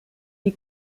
die